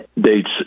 dates